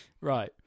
Right